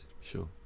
Sure